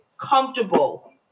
comfortable